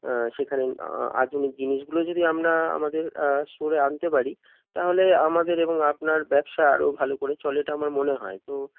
সেখানে আধুনিক জিনিসগুলো যদি আমরা আমাদের স্টোরে আনতে পারি তাহলে আমাদের এবং আপনার ব্যবসা আরও ভালো করে চলে এটা আমার মনে হয় তো